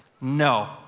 No